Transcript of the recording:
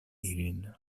ilin